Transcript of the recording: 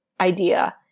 idea